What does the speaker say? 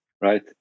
right